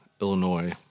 Illinois